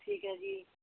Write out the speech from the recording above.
ਠੀਕ ਹੈ ਜੀ